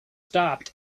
stopped